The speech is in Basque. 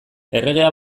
erregea